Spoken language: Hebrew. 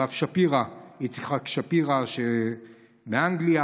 הרב יצחק שפירא מאנגליה,